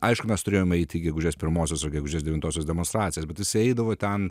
aišku mes turėjom eiti į gegužės pirmososios ir gegužės devintosios demons bet visi eidavo ten